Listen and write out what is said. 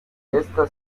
ésta